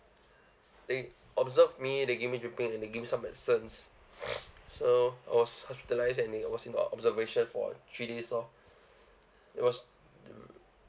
they observe me they give me dripping and they give me some medicine so I was hospitalised and there I was in the observation for three days lor it was